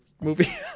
movie